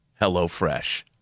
HelloFresh